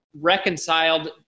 reconciled